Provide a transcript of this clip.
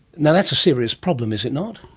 and that's a serious problem, is it not?